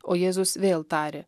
o jėzus vėl tarė